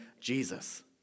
Jesus